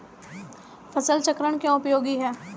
फसल चक्रण क्यों उपयोगी है?